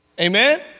Amen